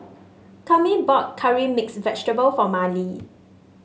Cami bought Curry Mixed Vegetable for Marlee